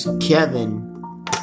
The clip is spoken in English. Kevin